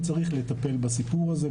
וצריך לטפל בסיפור הזה,